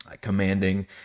commanding